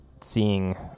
seeing